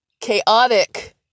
chaotic